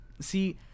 See